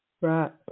Right